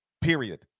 period